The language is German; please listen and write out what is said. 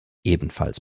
ebenfalls